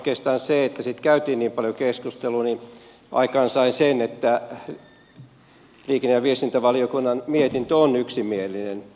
oikeastaan se että siitä käytiin niin paljon keskustelua aikaansai sen että liikenne ja viestintävaliokunnan mietintö on yksimielinen